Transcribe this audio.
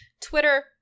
Twitter